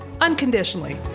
unconditionally